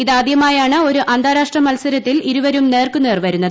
ഇതാദ്യമായാണ് ഒരു അന്താരാഷ്ട്ര മത്സരത്തിൽ ഇരുവരും നേർക്കുനേർ വരുന്നത്